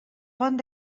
pont